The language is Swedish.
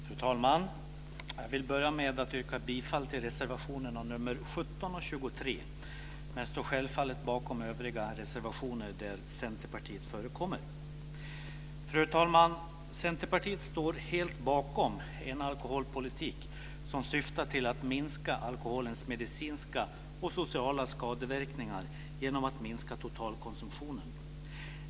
Fru talman! Jag vill börja med att yrka bifall till reservationerna nr 17 och 23, men jag står självfallet bakom övriga reservationer där Centerpartiet förekommer. Fru talman! Centerpartiet står helt bakom en alkoholpolitik som syftar till att minska alkoholens medicinska och sociala skadeverkningar genom att minska totalkonsumtionen.